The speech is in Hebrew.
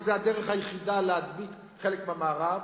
שזו הדרך היחידה להדביק חלק מהמערב,